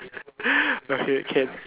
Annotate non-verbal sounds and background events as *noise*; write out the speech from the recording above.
*breath* okay can